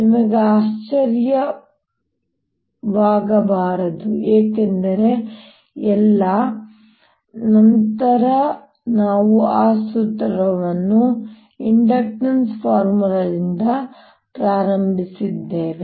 ನಿಮಗೆ ಆಶ್ಚರ್ಯವಾಗಬಾರದು ಏಕೆಂದರೆ ಎಲ್ಲಾ ನಂತರ ನಾವು ಆ ಸೂತ್ರವನ್ನು ಇಂಡಕ್ಟನ್ಸ್ ಫಾರ್ಮುಲಾದಿಂದ ಪ್ರಾರಂಭಿಸಿದ್ದೇವೆ